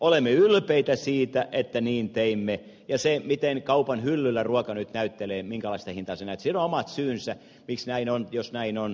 olemme ylpeitä siitä että niin teimme ja minkälaista hintaa se nyt kaupan hyllyllä näyttää siihen on omat syynsä miksi näin on jos näin on